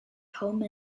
home